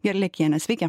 gerliakiene sveiki